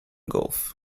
gulf